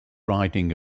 riding